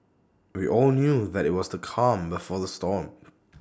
we all knew that IT was the calm before the storm